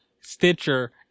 Stitcher